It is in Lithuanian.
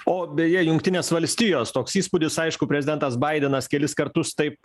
o beje jungtinės valstijos toks įspūdis aišku prezidentas baidenas kelis kartus taip